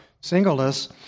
singleness